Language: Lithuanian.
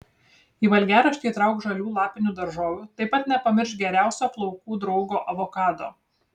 į valgiaraštį įtrauk žalių lapinių daržovių taip pat nepamiršk geriausio plaukų draugo avokado